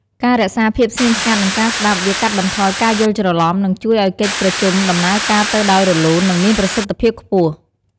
ការរក្សាភាពស្ងៀមស្ងាត់ និងការស្តាប់ វាកាត់បន្ថយការយល់ច្រឡំ និងជួយឲ្យកិច្ចប្រជុំដំណើរការទៅដោយរលូន និងមានប្រសិទ្ធិភាពខ្ពស់។